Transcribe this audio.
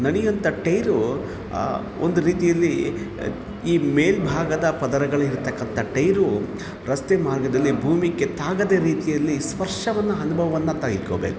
ನಡೆಯುವಂಥ ಟೈರು ಒಂದು ರೀತಿಯಲ್ಲಿ ಈ ಮೇಲ್ಭಾಗದ ಪದರಗಳಿರ್ತಕ್ಕಂಥ ಟೈರು ರಸ್ತೆ ಮಾರ್ಗದಲ್ಲಿ ಭೂಮಿಗೆ ತಾಗದ ರೀತಿಯಲ್ಲಿ ಸ್ಪರ್ಶವನ್ನು ಅನುಭವವನ್ನ ತೆಗೆದುಕೋಬೇಕು